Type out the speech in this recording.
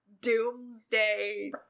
doomsday